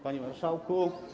Panie Marszałku!